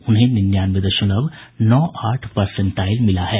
उन्हें निन्यानवे दशमलव नौ आठ परसेंटाइल मिला है